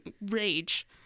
Rage